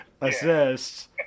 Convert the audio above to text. assists